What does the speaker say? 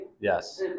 Yes